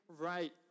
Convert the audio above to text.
right